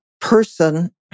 person